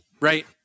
right